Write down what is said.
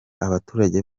abaturage